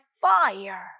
fire